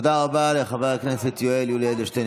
תודה רבה לחבר הכנסת יולי יואל אדלשטיין,